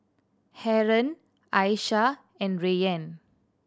Haron Aishah and Rayyan